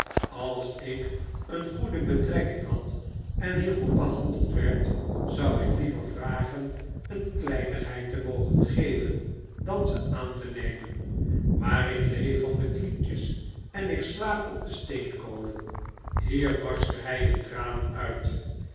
als ik een goede betrekking had en hier goed behandeld werd zou ik liever vragen een kleinigheid te mogen geven dan ze aan te nemen maar ik leef van de isliekjes en ik slaap op de steenkolen hier barstte hij in tranen uit